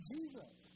Jesus